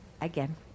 again